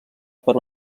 per